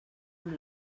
amb